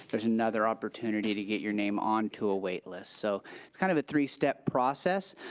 there's another opportunity to get your name onto a wait list. so it's kind of a three step process.